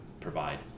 provide